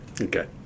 Okay